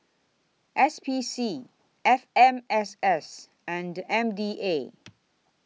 S P C F M S S and M D A